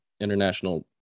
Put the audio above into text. international